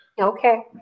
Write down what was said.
Okay